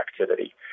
activity